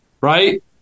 Right